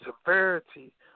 severity